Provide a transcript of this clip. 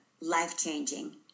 life-changing